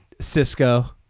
Cisco